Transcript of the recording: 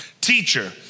Teacher